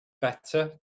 better